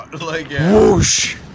Whoosh